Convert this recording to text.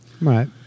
Right